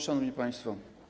Szanowni Państwo!